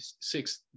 six